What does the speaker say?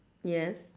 yes